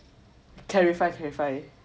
clarify clarify